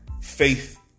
faith